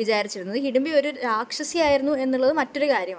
വിചാരിച്ചിരുന്നത് ഹിഡുമ്പി ഒരു രാക്ഷസിയായിരുന്നു എന്നുള്ളത് മറ്റൊരു കാര്യമാണ്